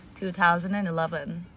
2011